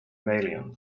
valiant